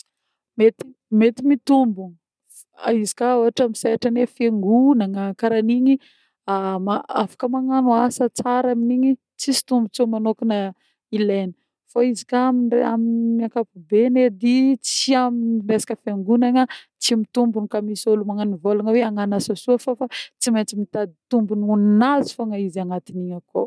Mety mety mitombogna izy koà ôhatra amin'ny sehatra fiangonana, karan'igny afaka magnano asa tsara amin'igny tsisy tombotsoa manôkagna ilegny. Fô izy koà amin'ny amin'ny ankapobeny edy tsy amin'ny resaka fiangonana, tsy mitombogna koa misy ôlo agnano vôlagna hoe agnano asa soa fô fô fa tsy maintsy mitady tombotsoa ho ananjy fô izy agnatiny akô.